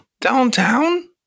Downtown